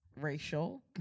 Racial